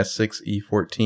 S6E14